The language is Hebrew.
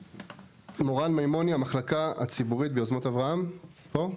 מורן מימוני, המחלקה הציבורית ביוזמות אברהם, פה?